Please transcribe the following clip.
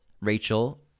Rachel